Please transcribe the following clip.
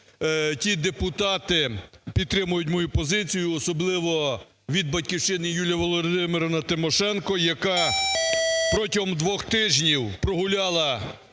ті депутати підтримують мою позицію, особливо від "Батьківщини" Юлія Володимирівна Тимошенко, яка протягом двох тижнів... прогуляла